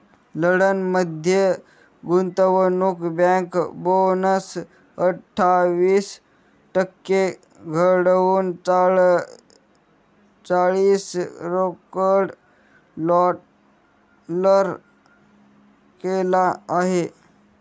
London मध्ये गुंतवणूक bank bonus अठ्ठावीस टक्के घटवून चाळीस करोड डॉलर केला आहे